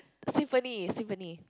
symphony symphony